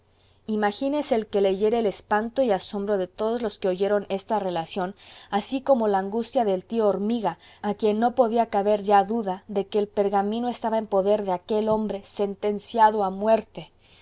imagínese el que leyere el espanto y asombro de todos los que oyeron esta relación así como la angustia del tío hormiga a quien no podía caber ya duda de que el pergamino estaba en poder de aquel hombre sentenciado a muerte